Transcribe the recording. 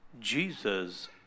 Jesus